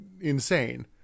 insane